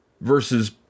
versus